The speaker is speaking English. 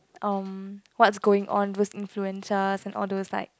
um what's going on with influencers and all those like